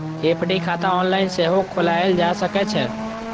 FD खाता online सेहो खोलाएल जा सकै छै